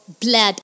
blood